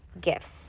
gifts